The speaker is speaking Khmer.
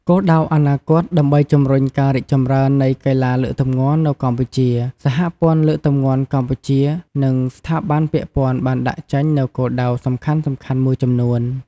គោលដៅអនាគត ដើម្បីជំរុញការរីកចម្រើននៃកីឡាលើកទម្ងន់នៅកម្ពុជា សហព័ន្ធលើកទម្ងន់កម្ពុជា និងស្ថាប័នពាក់ព័ន្ធបានដាក់ចេញនូវគោលដៅសំខាន់ៗមួយចំនួន។